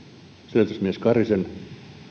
selvitysmies karhisen